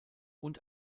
und